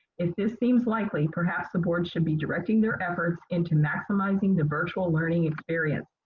if this seems likely, perhaps the board should be directing their efforts into maximizing the virtual learning experience.